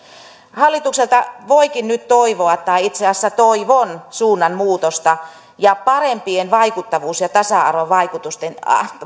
hallitukselta voikin nyt toivoa tai itse asiassa toivon suunnanmuutosta ja parempien vaikuttavuus ja tasa arvovaikutusten